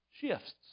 shifts